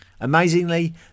Amazingly